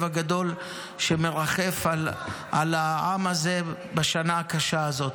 הגדול שמרחף על העם הזה בשנה הקשה הזאת.